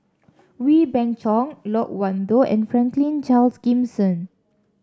Wee Beng Chong Loke Wan Tho and Franklin Charles Gimson